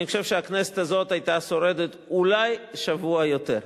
אני חושב שהכנסת הזאת היתה שורדת אולי שבוע יותר.